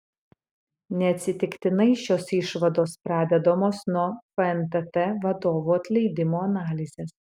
neatsitiktinai šios išvados pradedamos nuo fntt vadovų atleidimo analizės